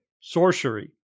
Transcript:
sorcery